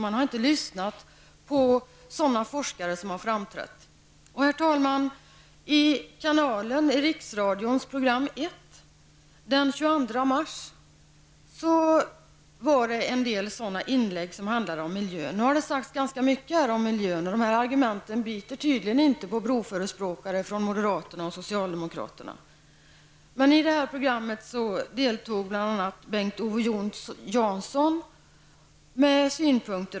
Man har inte lyssnat på forskare som har framträtt. Herr talman! I programmet Kanalen i Riksradions program 1 den 22 mars handlade en del inlägg om miljön. Nu har det sagts ganska mycket om miljön, men dessa argument biter tydligen inte på broförespråkare från moderaterna och socialdemokraterna. I detta program deltog bl.a.